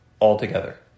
altogether